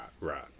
right